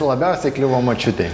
labiausiai kliuvo močiutei